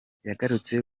yagarutse